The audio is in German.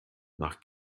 nach